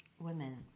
women